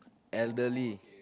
elderly